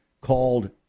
called